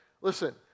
Listen